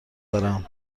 دارم